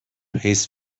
his